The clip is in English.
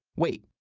wait,